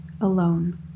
alone